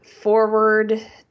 forward